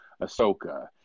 Ahsoka